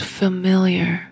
familiar